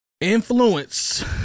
Influence